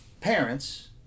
parents